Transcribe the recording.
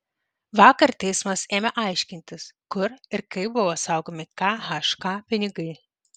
vakar teismas ėmė aiškintis kur ir kaip buvo saugomi khk pinigai